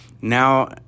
now